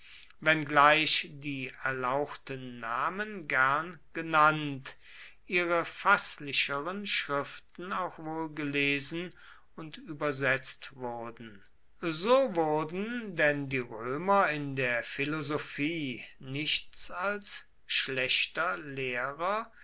wenngleich die erlauchten namen gern genannt ihre faßlicheren schriften auch wohl gelesen und übersetzt wurden so wurden denn die römer in der philosophie nichts als schlechter lehrer